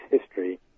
history